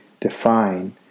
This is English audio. define